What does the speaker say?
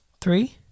three